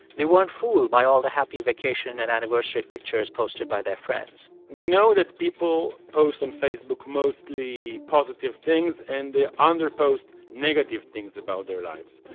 they weren't fooled by all the happy vacation and anniversary pictures posted by their friends we know that people post on facebook mostly positive things and they under-post negative things about their lives.